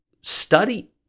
study